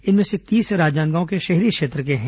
इनमें से तीस राजनांदगांव शहरी क्षेत्र के हैं